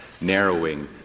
narrowing